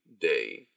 day